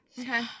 Okay